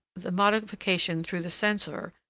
the modification through the censor,